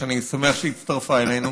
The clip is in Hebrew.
שאני שמח שהיא הצטרפה אלינו,